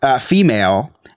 female